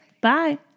Bye